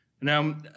Now